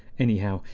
anyhow,